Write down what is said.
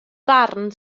ddarn